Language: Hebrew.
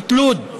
את לוד,